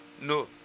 No